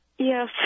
Yes